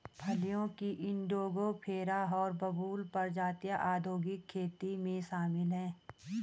फलियों की इंडिगोफेरा और बबूल प्रजातियां औद्योगिक खेती में शामिल हैं